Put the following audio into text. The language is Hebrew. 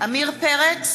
עמיר פרץ,